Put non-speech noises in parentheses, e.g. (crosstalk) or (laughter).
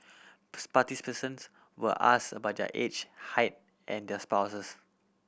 (unintelligible) participants were ask about their age height and their spouses